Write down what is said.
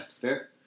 fair